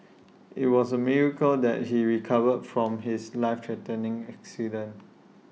IT was A miracle that he recovered from his life threatening accident